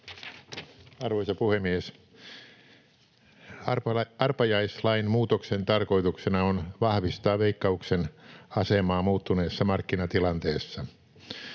Arvoisa puhemies! Arpajaislain muutoksen tarkoituksena on vahvistaa Veikkauksen asemaa muuttuneessa markkinatilanteessa.